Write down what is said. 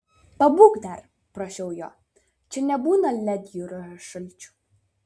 pabūk dar prašiau jo čia nebūna ledjūrio šalčių